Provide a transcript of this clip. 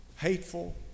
Hateful